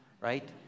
right